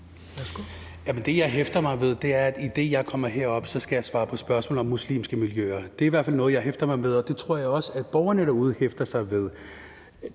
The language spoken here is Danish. det, jeg hæfter mig ved, er, at idet jeg kommer herop, skal jeg svare på spørgsmål om muslimske miljøer. Det er i hvert fald noget, jeg hæfter mig ved, og det tror jeg også at borgerne derude hæfter sig ved.